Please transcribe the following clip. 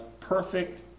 perfect